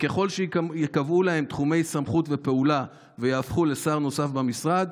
וככל שייקבעו להם תחומי סמכות ופעולה וייהפכו לשר נוסף במשרד,